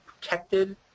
protected